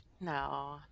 No